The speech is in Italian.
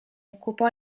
occupò